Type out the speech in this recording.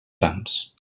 sants